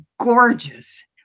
gorgeous